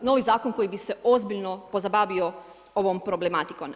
Novi zakon koji bi se ozbiljno pozabavio ovom problematikom.